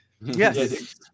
Yes